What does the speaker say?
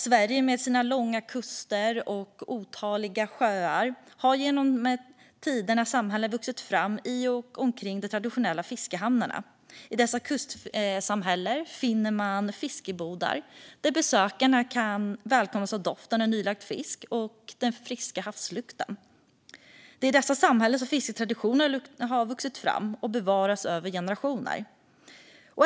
Sverige, med sina långa kuster och otaliga sjöar, har genom tiderna sett samhällen växa fram i och omkring de traditionella fiskehamnarna. I dessa kustsamhällen finner man fiskebodar där besökare kan välkomnas av doften av nylagad fisk och den friska havsluften. Det är i dessa samhällen som fiskets traditioner har vuxit fram och bevarats över generationer.